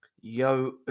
yo